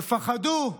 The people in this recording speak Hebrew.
תפחדו,